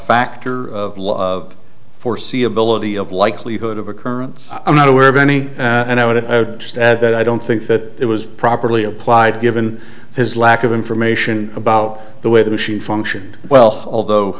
factor of foreseeability of likelihood of occurrence i'm not aware of any and i would just add that i don't think that it was properly applied given his lack of information about the way the machine function well although